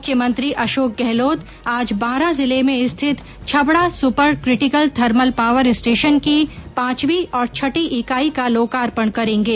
मुख्यमंत्री अशोक गहलोत आज बारां जिले में स्थित Chhabra super critical thermal power station की पांचवीं और छठी इकाई का लोकार्पण करेंगे